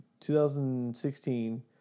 2016